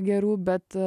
gerų bet